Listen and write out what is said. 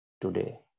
today